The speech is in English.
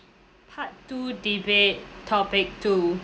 part two debate topic two